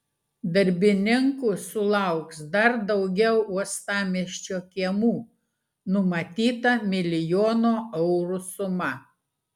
darbininkų sulauks dar daugiau uostamiesčio kiemų numatyta milijono eurų suma